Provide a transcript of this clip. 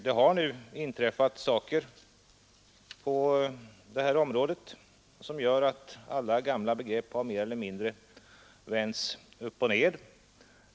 Det har inträffat saker på det här området som gjort att alla gamla begrepp mer eller mindre har vänts upp och ner.